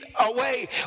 away